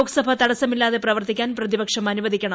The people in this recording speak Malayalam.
ലോക്സഭ തടസമില്ലാതെ പ്രവർത്തിക്കാൻ പ്രതിപക്ഷം അനുവദിക്കണം